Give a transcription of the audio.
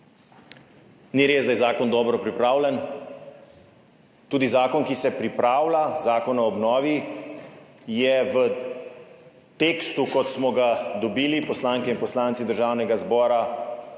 Ni res, da je zakon dobro pripravljen, tudi zakon, ki se pripravlja, Zakon o obnovi, je v tekstu, kot smo ga dobili poslanke in poslanci Državnega zbora,